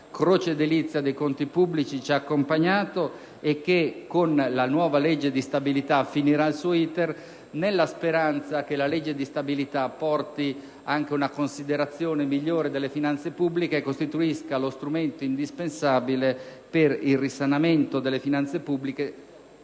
croce e delizia dei conti pubblici, ci ha accompagnato. Essa con la nuova legge di stabilità finirà il suo *iter*, con la speranza che la legge di stabilità porti anche una considerazione migliore delle finanze pubbliche e costituisca lo strumento indispensabile per il loro risanamento, fine senza il quale